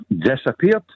disappeared